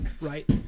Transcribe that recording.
right